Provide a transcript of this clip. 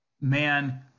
man